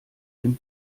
dem